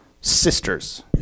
sisters